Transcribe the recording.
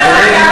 דרך אגב,